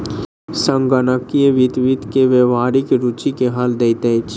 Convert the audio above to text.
संगणकीय वित्त वित्त के व्यावहारिक रूचि के हल दैत अछि